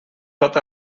pot